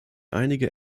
einige